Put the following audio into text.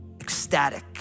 ecstatic